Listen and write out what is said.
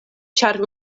ĉar